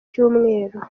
cyumweru